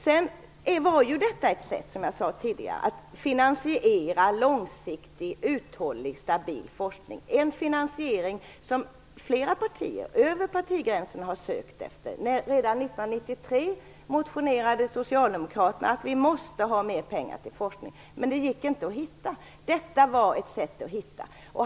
Som jag sade tidigare är det här ett sätt att finansiera en långsiktig, uthållig och stabil forskning - en finansiering som flera partier, över partigränserna, har sökt efter. Redan 1993 motionerade Socialdemokraterna om att vi måste ha mera pengar till forskning. Men de gick inte att hitta. Detta var ett sätt att hitta dem.